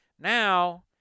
Now